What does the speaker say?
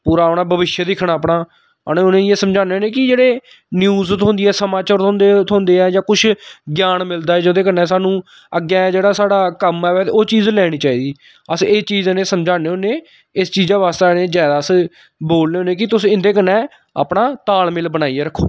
पूरा औना भविष्य दिक्खना अपना उनें उनेंगी इ'यै समझाने होन्ने कि जेह्ड़े न्यूज़ थ्होंदी ऐ समाचार थ्होंदे ऐ जां कुछ ज्ञान मिलदा ऐ जेह्दे कन्नै सानू अग्गें जेह्ड़ा साढ़ा कम्म आवै ते ओह् चीज़ लैनी चाहिदी अस एह् चीज इनेंगी समझान्ने होन्ने इस चीजैास्तै इनें ज्यादा अस बोलने होन्ने कि तुस इंदे कन्नै अपना तालमल बनाइयै रक्खो